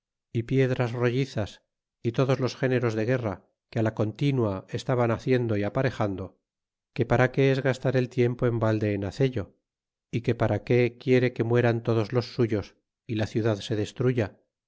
piedras rollizas y todos los géneros de guerra que fi la continua estan haciendo y aparejando que para qué es gastar el tiempo en valde en ha cello y que para que quiere que mueran todos los suyos y la ciudad se destruya